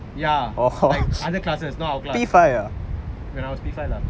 ya like other classes not our class when I was P five lah